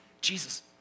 Jesus